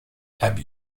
have